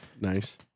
Nice